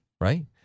Right